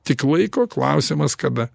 tik laiko klausimas kada